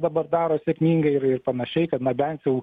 dabar daro sėkmingai ir ir panašiai kad na bent jau